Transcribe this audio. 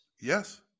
Yes